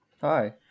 Hi